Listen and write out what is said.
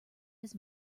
his